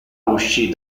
uscì